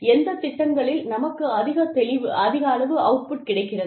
எந்த திட்டங்களில் நமக்கு அதிக அளவு அவுட்புட் கிடைக்கிறது